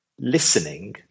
listening